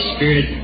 Spirit